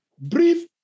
brief